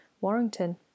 Warrington